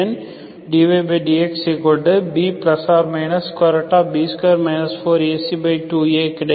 dydxB±B2 4AC2Aகிடைக்கும்